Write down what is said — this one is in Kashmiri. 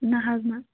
نہَ حظ نہَ